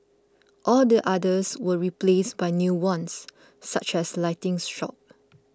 all the others were replaced by new ones such as lighting shops